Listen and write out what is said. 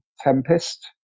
Tempest